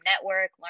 network